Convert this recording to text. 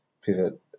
pivot